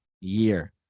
year